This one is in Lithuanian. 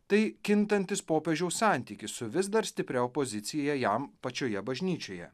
tai kintantis popiežiaus santykis su vis dar stipria opozicija jam pačioje bažnyčioje